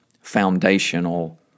foundational